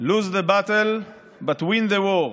Lose the battle but win the war.